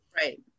Right